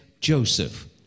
Joseph